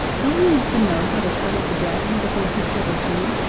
don't you want to know how to settle the dragon before he settles you?